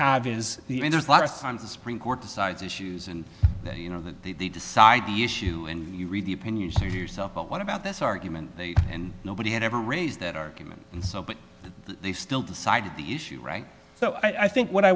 have is the i mean there's a lot of times the supreme court decides issues and that you know that they decide the issue and you read the opinions to yourself but what about this argument they and nobody had ever raised that argument and so but they still decided the issue right so i think what i